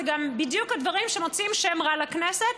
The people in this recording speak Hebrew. זה גם בדיוק מהדברים שמוציאים שם רע לכנסת.